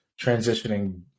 transitioning